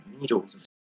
needles